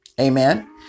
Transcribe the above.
Amen